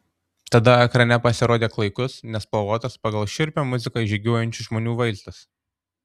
tada ekrane pasirodė klaikus nespalvotas pagal šiurpią muziką žygiuojančių žmonių vaizdas